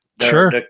Sure